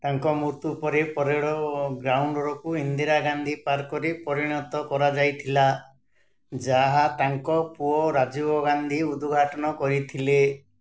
ତାଙ୍କ ମୃତ୍ୟୁ ପରେ ପରେର୍ଡ଼ ଗ୍ରାଉଣ୍ଡକୁ ଇନ୍ଦିରା ଗାନ୍ଧୀ ପାର୍କରେ ପରିଣତ କରାଯାଇଥିଲା ଯାହା ତାଙ୍କ ପୁଅ ରାଜୀବ ଗାନ୍ଧୀ ଉଦଘାଟନ କରିଥିଲେ